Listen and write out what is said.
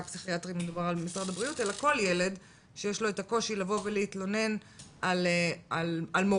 הפסיכיאטרית אלא כל ילד שיש לו את הקושי לבוא ולהתלונן על מורה,